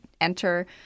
enter